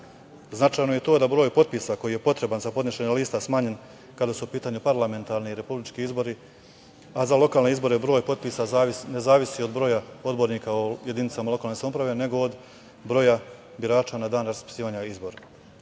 Značajno je i to da broj potpisa koji je potreban za podnošenje lista smanjen kada su u pitanju parlamentarni, republički izbori, a za lokalne izbore broj potpisa ne zavisi od broja odbornika u jedinicama lokalne samouprave nego od broja birača na dan raspisivanja izbora.U